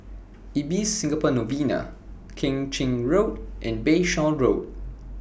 Ibis Singapore Novena Keng Chin Road and Bayshore Road